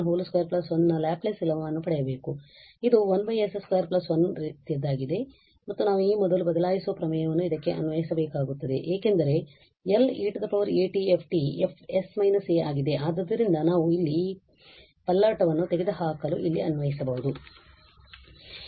ಆದ್ದರಿಂದ ಇದು 1s 21 ರೀತಿಯದ್ದಾಗಿದೆ ಮತ್ತು ನಾವು ಈ ಮೊದಲು ಬದಲಾಯಿಸುವ ಪ್ರಮೇಯವನ್ನು ಇದಕ್ಕೆ ಅನ್ವಯಿಸಬೇಕಾಗುತ್ತದೆ ಏಕೆಂದರೆ Le atf Fs − a ಆಗಿದೆ ಆದ್ದರಿಂದ ನಾವು ಇಲ್ಲಿ ಈ ಪಲ್ಲಟವನ್ನು ತೆಗೆದುಹಾಕಲು ಇಲ್ಲಿ ಅನ್ವಯಿಸಬಹುದು